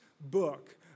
book